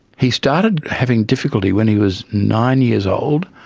he started having difficulty when he was nine years old.